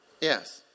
Yes